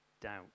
doubt